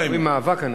מאבק הנכים.